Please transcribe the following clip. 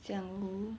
江湖